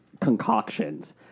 concoctions